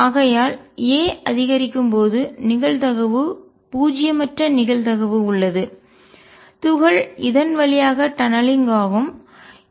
ஆகையால் a அதிகரிக்கும் போது நிகழ்தகவு பூஜ்ஜியமற்ற நிகழ்தகவு உள்ளது துகள் இதன் வழியாக டநலிங்க் ஆகும் துளைத்து செல்லும்